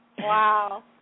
Wow